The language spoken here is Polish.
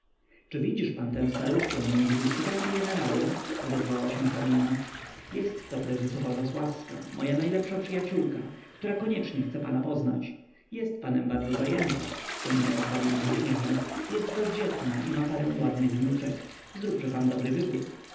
czy widzisz pan tę staruszkę między biskupem i jenerałem odezwała się hrabina jestto prezesowa zasławska moja najlepsza przyjaciółka która koniecznie chce pana poznać jest panem bardzo zajęta ciągnęła hrabina z uśmiechem jest bezdzietna i ma parę ładnych wnuczek zróbże pan dobry wybór